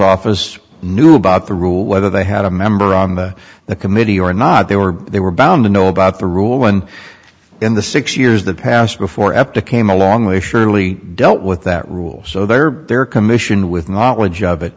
office knew about the rule whether they had a member on the the committee or not they were they were bound to know about the rule when in the six years the passed before up to came along way surely dealt with that rule so there their commission with knowledge of it